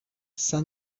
psa